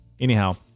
Anyhow